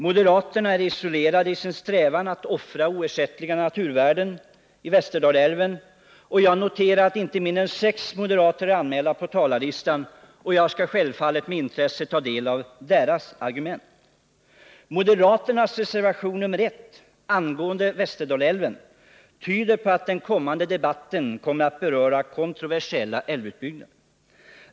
Moderaterna är isolerade i sin strävan att offra oersättliga naturvärden i Västerdalälven. Jag noterar att inte mindre än sex moderater är anmälda på talarlistan, och jag skall självfallet med intresse ta del av deras argument. Moderaternas reservation nr 1 angående Västerdalälven tyder på att debatten kommer att beröra kontroversiella älvutbyggnader.